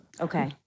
Okay